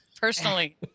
Personally